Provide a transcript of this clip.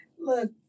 look